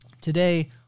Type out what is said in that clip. today